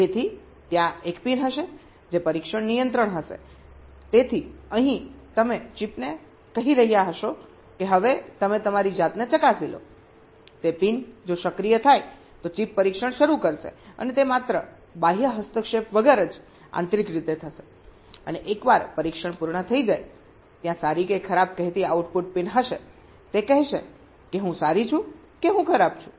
તેથી ત્યાં 1 પિન હશે જે પરીક્ષણ નિયંત્રણ હશે તેથી અહીં તમે ચિપને કહી રહ્યા હશો કે હવે તમે તમારી જાતને ચકાસી લો તે પિન જો સક્રિય થાય તો ચિપ પરીક્ષણ શરૂ કરશે અને તે માત્ર બાહ્ય હસ્તક્ષેપ વગર જ આંતરિક રીતે થશે અને એકવાર પરીક્ષણ પૂર્ણ થઈ જાય ત્યાં સારી કે ખરાબ કહેતી આઉટપુટ પિન હશે તે કહેશે કે હું સારી છું કે હું ખરાબ છું